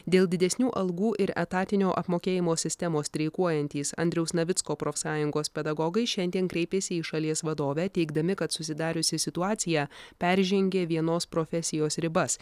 dėl didesnių algų ir etatinio apmokėjimo sistemos streikuojantys andriaus navicko profsąjungos pedagogai šiandien kreipėsi į šalies vadovę teigdami kad susidariusi situacija peržengė vienos profesijos ribas